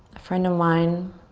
friend of mine,